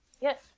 Yes